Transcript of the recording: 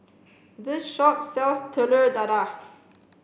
this shop sells Telur Dadah